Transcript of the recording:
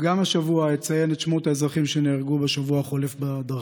גם השבוע אציין את שמות האזרחים שנהרגו בשבוע החולף בדרכים.